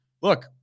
look